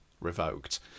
revoked